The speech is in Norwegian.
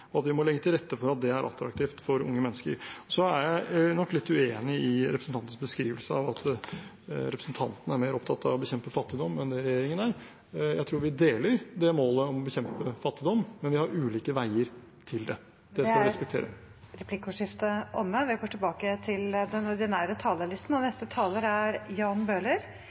og vi må legge til rette for at det er attraktivt for unge mennesker. Så er jeg nok litt uenig i representantens beskrivelse av at representanten er mer opptatt av å bekjempe fattigdom enn det regjeringen er. Jeg tror vi deler målet om å bekjempe fattigdom, men vi har ulike veier til det. Det skal vi respektere. Replikkordskiftet er omme.